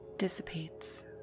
dissipates